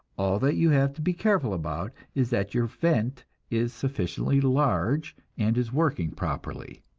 all that you have to be careful about is that your vent is sufficiently large and is working properly.